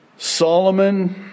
Solomon